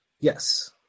Yes